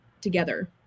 together